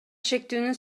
шектүүнүн